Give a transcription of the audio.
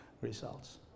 results